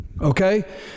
okay